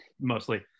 mostly